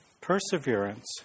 perseverance